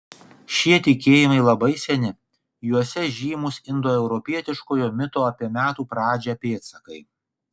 šie tikėjimai labai seni juose žymūs indoeuropietiškojo mito apie metų pradžią pėdsakai